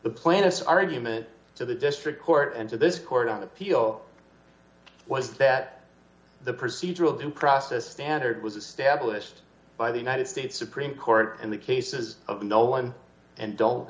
the plaintiffs argument to the district court and to this court on appeal was that the procedural due process standard was established by the united states supreme court and the cases of no one and d